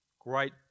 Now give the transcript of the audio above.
Great